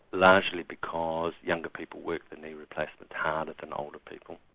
largely because younger people work the knee replacement harder than older people.